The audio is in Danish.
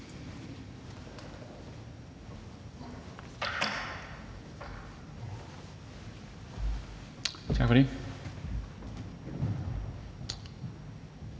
Tak for